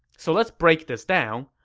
so let's break this down.